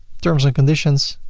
terms and conditions,